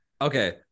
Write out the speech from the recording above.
Okay